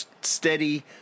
steady